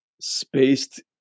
spaced